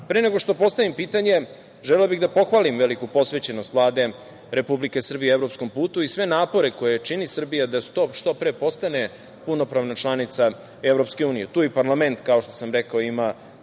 nego što postavim pitanje, želeo bih da pohvalim veliku posvećenost Vlade Republike Srbije evropskom putu i sve napore koje čini Srbija da što pre postane punopravna članica EU. Tu i parlament, kao što sam rekao, ima